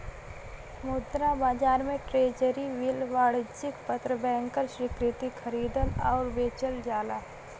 मुद्रा बाजार में ट्रेज़री बिल वाणिज्यिक पत्र बैंकर स्वीकृति खरीदल आउर बेचल जाला